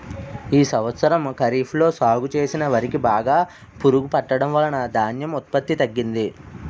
ఈ సంవత్సరం ఖరీఫ్ లో సాగు చేసిన వరి కి బాగా పురుగు పట్టడం వలన ధాన్యం ఉత్పత్తి తగ్గింది